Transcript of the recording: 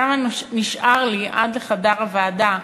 כמה נשאר לי עד חדר הוועדה,